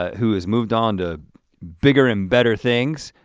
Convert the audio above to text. who has moved onto ah bigger and better things.